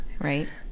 right